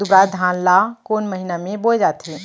दुबराज धान ला कोन महीना में बोये जाथे?